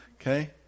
Okay